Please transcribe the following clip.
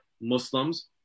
Muslims